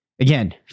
Again